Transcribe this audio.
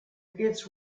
kits